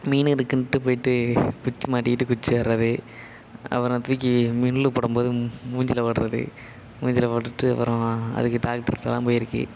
மீன் இருக்குன்ட்டு போய்ட்டு குச்சி மாட்டிக்கிட்டு குச்சி ஏற்றது அப்பறம் தூக்கி முள்ளை போடும்போது மூஞ்சியில போடுறது மூஞ்சியில போட்டுட்டு அப்பறம் அதுக்கு டாக்டர்கிட்டலாம் போயிருக்கு